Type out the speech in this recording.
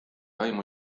aimu